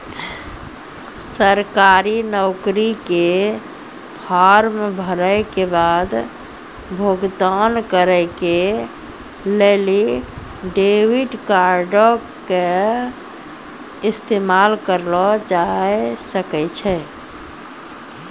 सरकारी नौकरी के फार्म भरै के बाद भुगतान करै के लेली डेबिट कार्डो के इस्तेमाल करलो जाय सकै छै